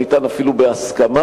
שניתן אפילו בהסכמה,